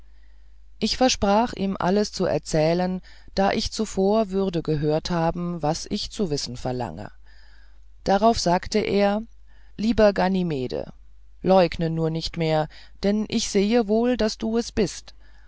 ich versprach ihm alles zu erzählen da ich zuvor würde gehört haben was ich zu wissen verlange darauf sagte er lieber ganymede leugne nur nicht mehr dann ich sehe wohl daß du es bist